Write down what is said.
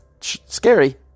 scary